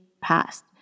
passed